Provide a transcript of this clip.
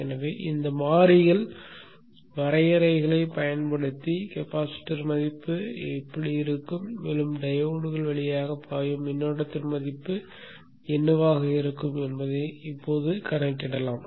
எனவே இந்த மாறிகள் வரையறைகளைப் பயன்படுத்தி கெபாசிட்டர் மதிப்பு என்னவாக இருக்கும் மேலும் டையோட்கள் வழியாக பாயும் மின்னோட்டத்தின் மதிப்பு என்னவாக இருக்கும் என்பதை இப்போது கணக்கிடுவோம்